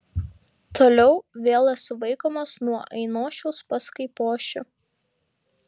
toliau vėl esu vaikomas nuo ainošiaus pas kaipošių